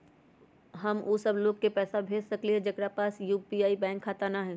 हम उ सब लोग के पैसा भेज सकली ह जेकरा पास यू.पी.आई बैंक खाता न हई?